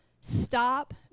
Stop